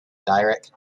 dirac